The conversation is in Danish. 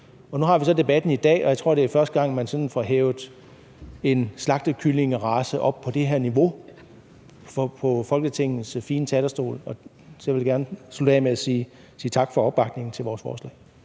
Nu har vi så debatten i dag, og jeg tror, det er første gang, man sådan får hævet en slagtekyllingerace op på det her niveau som på Folketingets fine talerstol, så jeg vil gerne slutte af med at sige tak for opbakningen til vores forslag.